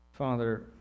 father